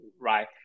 right